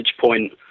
point